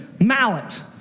mallet